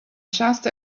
just